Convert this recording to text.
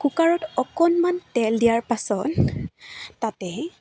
কুকাৰত অকণমান তেল দিয়াৰ পাছত তাতে